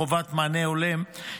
חובת מענה הולם),